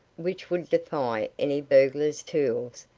which would defy any burglar's tools,